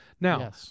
Now